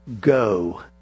Go